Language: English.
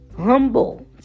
humble